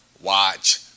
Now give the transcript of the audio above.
watch